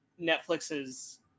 Netflix's